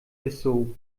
bissau